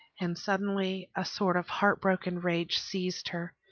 and suddenly a sort of heartbroken rage seized her.